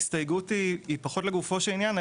ההסתייגות היא פחות לגופו של עניין,